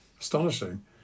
Astonishing